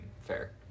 fair